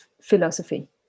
philosophy